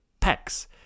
pecs